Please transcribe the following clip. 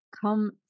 come